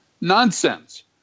nonsense